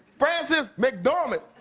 frances mcdormand.